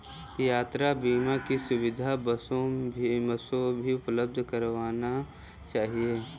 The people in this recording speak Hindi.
यात्रा बीमा की सुविधा बसों भी उपलब्ध करवाना चहिये